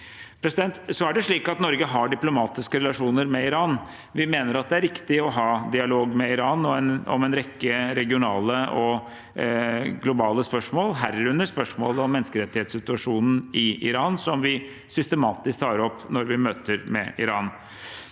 mot Ukraina. Norge har diplomatiske relasjoner med Iran. Vi mener det er riktig å ha dialog med Iran om en rekke regionale og globale spørsmål, herunder spørsmål om menneskerettighetssituasjonen i Iran, som vi systematisk tar opp når vi har møter med Iran.